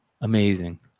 amazing